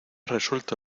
resuelto